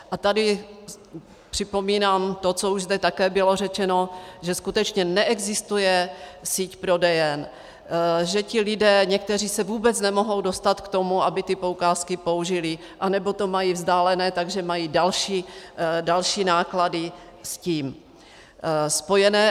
A tady připomínám to, co už zde také bylo řečeno, že skutečně neexistuje síť prodejen, že ti lidé někteří se vůbec nemohou dostat k tomu, aby ty poukázky použili, anebo to mají vzdálené, takže mají další náklady s tím spojené.